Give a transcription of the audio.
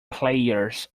players